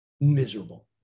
miserable